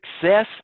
Success